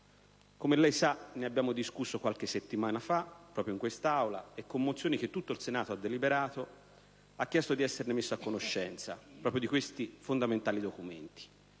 Come lei sa - ne abbiamo discusso qualche settimana fa proprio in quest'Aula e, con mozioni approvate da tutto il Senato - è stato chiesto di essere messi a conoscenza di questi fondamentali documenti